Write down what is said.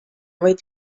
vaid